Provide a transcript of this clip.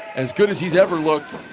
as good as he has ever looked